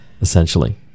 Essentially